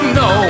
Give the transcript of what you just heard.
no